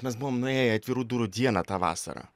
mes buvom nuėję į atvirų durų dieną tą vasarą